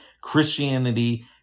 Christianity